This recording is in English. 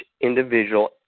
individual